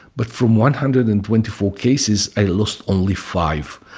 but from one-hundred-and-twenty-four cases i lost only five.